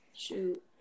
Shoot